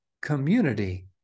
community